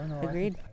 agreed